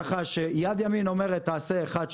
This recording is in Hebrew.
כך שיד ימין אומרת תעשה אחת,